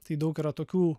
tai daug yra tokių